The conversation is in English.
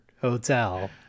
hotel